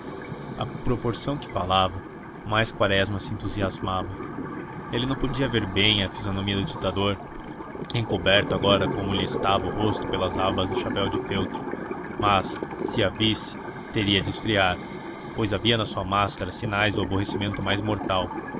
à proporção que falava mais quaresma se entusiasmava ele não podia ver bem a fisionomia do ditador encoberto agora como lhe estava o rosto pelas abas do chapéu de feltro mas se a visse teria de esfriar pois havia na sua máscara sinais do aborrecimento mais mortal